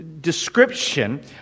description